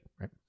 right